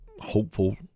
hopeful